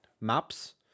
maps